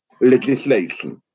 legislation